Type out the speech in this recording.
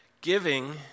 Giving